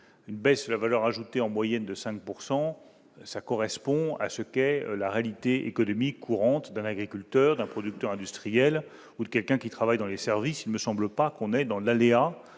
une baisse la valeur ajoutée en moyenne de 5 pourcent ça correspond à ce qu'est la réalité économique courante d'un agriculteur et producteur industriel ou de quelqu'un qui travaille dans les services, il me semble pas qu'on est dans l'aléa,